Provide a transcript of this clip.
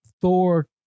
Thor